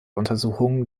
untersuchungen